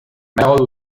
nahiago